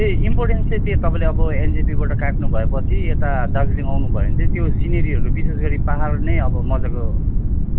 ए importance चाहिँ त्यो तपाईँले एनजेपीबाट काट्नु भए पछि यता दार्जिलिङ आउनु भयो भने चाहिँ त्यो सिनेरीहरू बिशेष गरी पहाड नै अब मजाको